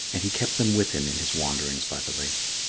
and he kept them with him in his wanderings by the lake.